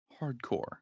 hardcore